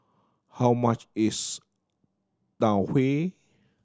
how much is Tau Huay